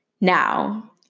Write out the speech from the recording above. now